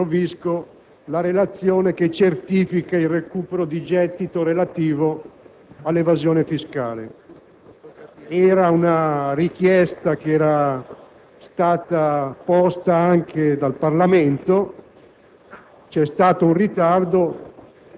è stata presentata dal vice ministro Visco la relazione che certifica il recupero di gettito relativo all'evasione fiscale. La richiesta della sua presentazione era stata avanzata anche dal Parlamento.